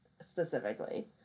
Specifically